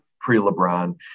pre-LeBron